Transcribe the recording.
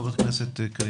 חברת הכנסת קארין.